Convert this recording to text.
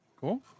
Cool